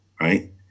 Right